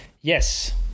Yes